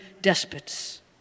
despots